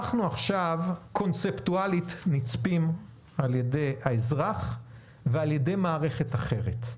אנחנו עכשיו קונספטואלית נצפים על ידי האזרח ועל ידי מערכת אחרת.